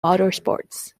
motorsports